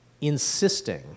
insisting